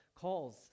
calls